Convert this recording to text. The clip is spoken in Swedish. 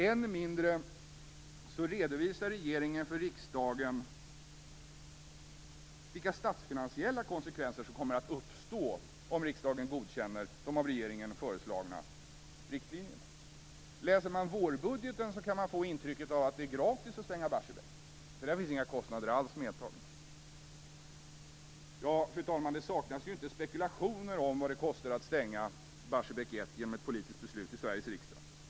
Än mindre redovisar regeringen för riksdagen vilka statsfinansiella konsekvenser som kommer att uppstå om riksdagen godkänner de av regeringen föreslagna riktlinjerna. Läser man vårbudgeten kan man få intrycket av att det är gratis att stänga Barsebäck, för där finns inga kostnader alls medtagna. Fru talman! Det saknas inte spekulationer om vad det kostar att stänga Barsebäck 1 genom ett politiskt beslut i Sveriges riksdag.